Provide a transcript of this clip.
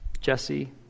Jesse